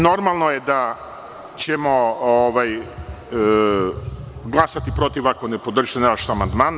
Normalno je da ćemo glasati protiv ako ne podržite naš amandman.